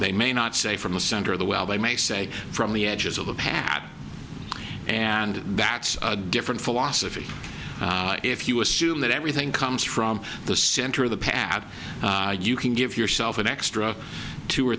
they may not say from the center of the well they may say from the edges of the pad and that's a different philosophy if you assume that everything comes from the center of the pad you can give yourself an extra two or